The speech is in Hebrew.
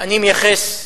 אני מייחס,